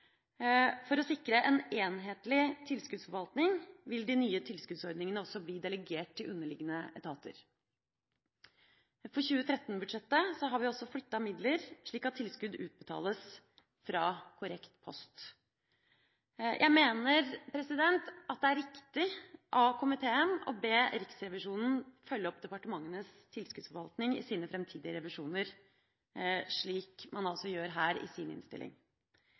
For å sikre en enhetlig tilskuddsforvaltning vil de nye tilskuddsordningene også bli delegert til underliggende etater. På 2013-budsjettet har vi også flyttet midler slik at tilskudd utbetales fra korrekt post. Jeg mener at det er riktig av komiteen å be Riksrevisjonen følge opp departementenes tilskuddsforvaltning i sine framtidige revisjoner, slik de gjør i sin innstilling.